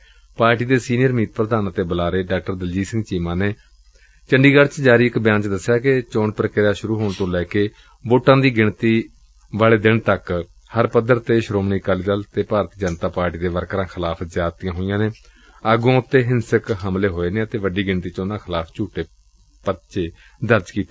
ਅੱਜ ਪਾਰਟੀ ਦੇ ਸੀਨੀਅਰ ਮੀਤ ਪ੍ਧਾਨ ਅਤੇ ਬੁਲਾਰੇ ਡਾ ਦਲਜੀਤ ਸਿੰਘ ਚੀਮਾ ਨੇ ਦੱਸਿਆ ਕਿ ਚੋਣ ਪੁਕੁੁਆ ਸੁਰੁ ਹੋਣ ਤੋ ਲੈ ਕੇ ਵੋਟਾਂ ਦੀ ਗਿਣਤੀ ਵਾਲੇ ਦਿਨ ਤੱਕ ਹਰ ਪੱਧਰ ਤੇ ਸ਼ੋਮਣੀ ਅਕਾਲੀ ਦਲ ਅਤੇ ਭਾਰਤੀ ਜਨਤਾ ਪਾਰਟੀ ਦੇ ਵਰਕਰਾਂ ਖਿਲਾਫ ਬੇਹੱਦ ਜਿਆਦਤੀਆਂ ਹੋਈਆਂ ਆਗੁਆਂ ਉਪਰ ਹਿੰਸਕ ਹਮਲੇ ਕੀਤੇ ਅਤੇ ਵੱਡੀ ਗਿਣਤੀ ਵਿੱਚ ਉਨੂਾਂ ਖਿਲਾਫ ਬੂਠੇ ਪਰਚੇ ਦਰਜ ਕੀਤੇ